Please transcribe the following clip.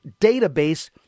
database